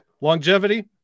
Longevity